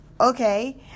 Okay